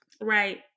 Right